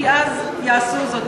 כי אז יעשו זאת,